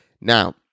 Now